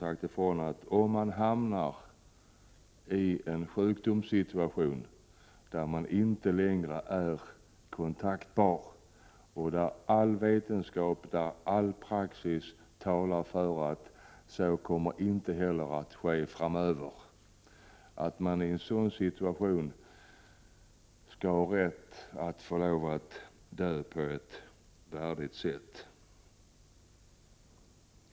Det handlar alltså om att man, om man hamnar i en situation där man inte längre är kontaktbar och där man enligt all vetenskap och praxis inte heller förväntas bli det framöver, skall ha rätt att dö på ett värdigt sätt.